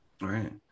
right